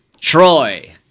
Troy